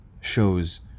shows